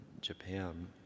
Japan